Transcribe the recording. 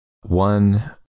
one